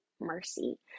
mercy